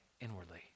inwardly